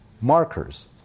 markers